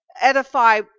edify